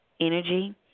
energy